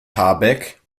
habeck